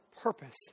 purpose